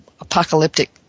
apocalyptic